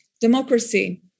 democracy